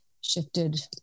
shifted